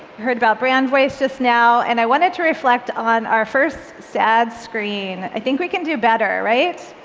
heard about brand voice just now, and i wanted to reflect on our first sad screen. i think we can do better, right?